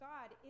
God